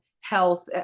health